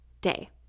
day